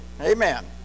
Amen